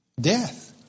Death